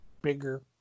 bigger